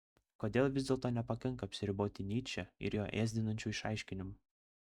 kodėl vis dėlto nepakanka apsiriboti nyče ir jo ėsdinančiu išaiškinimu